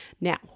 Now